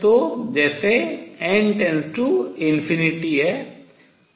तो जैसे है